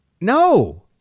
No